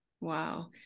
Wow